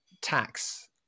tax